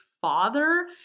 father